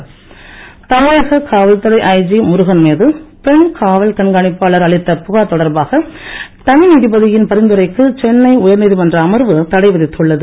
பாலியல் புகார் தமிழக காவல்துறை ஐஜி முருகன் மீது பெண்காவல் கண்காணிப்பாளர் அளித்த புகார் தொடர்பாக தனிநீதிபதியின பரிந்துரைக்கு சென்னை உயர்நீதிமன்ற அமர்வு தடை விதித்துள்ளது